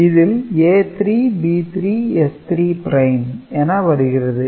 இதில் A3 B3 S3 prime என வருகிறது